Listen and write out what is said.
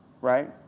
right